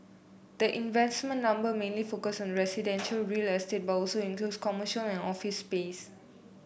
the investment number mainly focuses on residential real estate but also includes commercial and office space